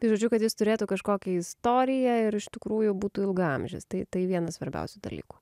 tai žodžiu kad jis turėtų kažkokią istoriją ir iš tikrųjų būtų ilgaamžis tai tai vienas svarbiausių dalykų